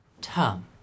Tom